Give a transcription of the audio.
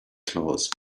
clothes